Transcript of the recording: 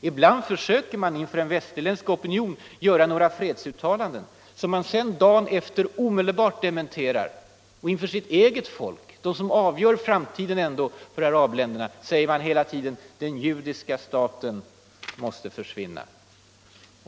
Ibland försöker någon PLO-ledare inför den västerländska opinionen göra några fredsuttalanden, som man dagen efter omedelbart dementerar. Inför sitt eget folk, de som ändå avgör framtiden för arabländerna, säger man hela tiden: den judiska staten måste försvinna.